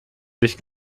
sich